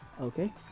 okay